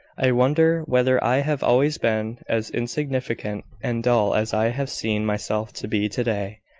i wonder whether i have always been as insignificant and dull as i have seen myself to be to-day.